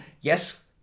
yes